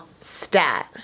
stat